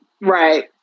Right